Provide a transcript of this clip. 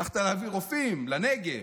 הלכת להביא רופאים לנגב.